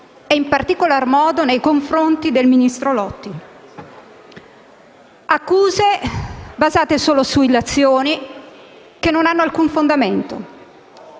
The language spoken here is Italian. e in particolar modo nei confronti del ministro Lotti. Accuse basate solo su illazioni che non hanno alcun fondamento.